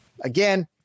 again